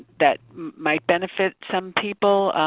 that might benefit some people.